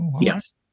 Yes